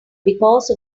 because